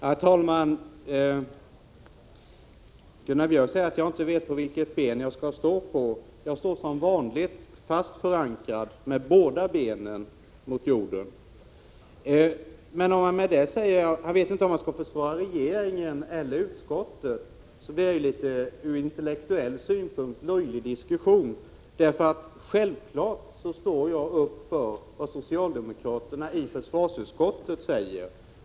Herr talman! Gunnar Björk i Gävle säger att jag inte vet vilket ben jag skall stå på. Jag står som vanligt fast förankrad med båda benen på jorden. Om han menar att jag inte vet om jag skall försvara regeringen eller utskottet, så blir det en ur intellektuell synpunkt litet löjlig diskussion. Självfallet står jag för vad socialdemokraterna i försvarsutskottet säger.